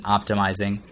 Optimizing